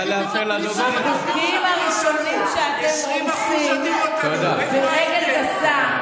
אה, נכון, נכון, אין משבר דיור.